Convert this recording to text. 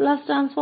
graph है